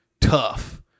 tough